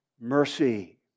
mercy